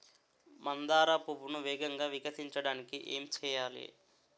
మందార పువ్వును వేగంగా వికసించడానికి ఏం చేయాలి?